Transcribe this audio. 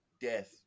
death